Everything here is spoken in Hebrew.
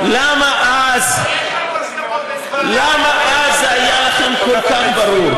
למה אז למה אז זה היה לכם כל כך ברור,